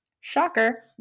shocker